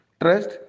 trust